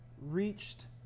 reached